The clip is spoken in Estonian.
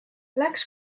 läks